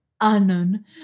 Anon